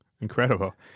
Incredible